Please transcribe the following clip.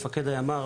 מפקד הימ"ר,